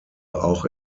auch